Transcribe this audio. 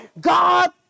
God